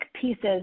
pieces